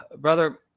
Brother